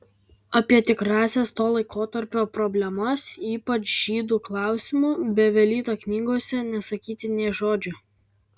apie tikrąsias to laikotarpio problemas ypač žydų klausimu bevelyta knygose nesakyti nė žodžio